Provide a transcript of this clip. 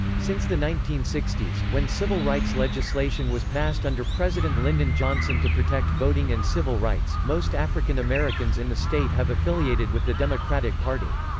since the nineteen sixty s, when civil rights legislation was passed under president lyndon johnson to protect voting and civil rights, most african americans in the state have affiliated with the democratic party.